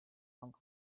punk